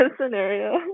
scenario